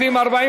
106?